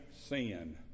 sin